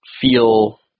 feel